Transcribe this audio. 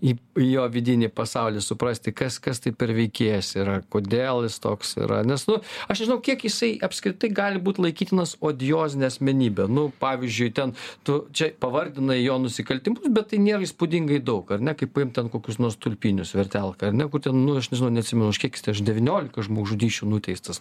į jo vidinį pasaulį suprasti kas kas tai per veikėjas yra kodėl jis toks yra nes nu aš nežinau kiek jisai apskritai gali būt laikytinas odiozine asmenybe nu pavyzdžiui ten tu čia pavardinai jo nusikaltimus bet tai nėra įspūdingai daug ar ne kaip paimt ten kokius nors tulpinius vertelka ar ne kur ten nu aš nežinau neatsimenu už kiek jis te už devyniolika žmogžudysčių nuteistas